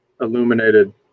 illuminated